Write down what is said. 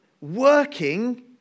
Working